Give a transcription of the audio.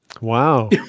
Wow